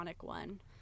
one